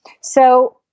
So-